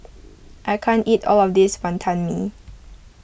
I can't eat all of this Wantan Mee